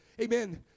Amen